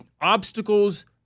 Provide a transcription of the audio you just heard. obstacles